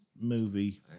movie